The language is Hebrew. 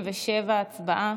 57. הצבעה.